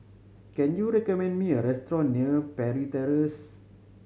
can you recommend me a restaurant near Parry Terrace